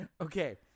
Okay